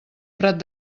prat